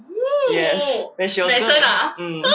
yes then she also um